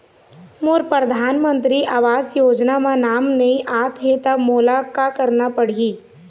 मोर परधानमंतरी आवास योजना म नाम नई आत हे त मोला का करना पड़ही?